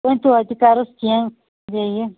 وۅنۍ توتہِ کَرُس کیٚنٛہہ بیٚیہِ